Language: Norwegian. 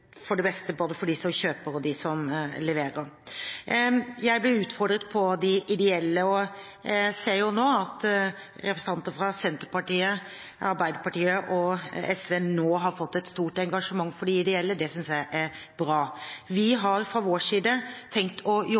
til det beste både for dem som kjøper og dem som leverer. Jeg ble utfordret om de ideelle og ser at representanter fra Senterpartiet, Arbeiderpartiet og SV nå har fått et stort engasjement for de ideelle. Det synes jeg er bra. Vi har fra vår side tenkt å jobbe